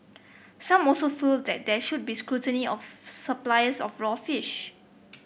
some also felt that there should be scrutiny of suppliers of raw fish